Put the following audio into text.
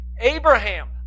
Abraham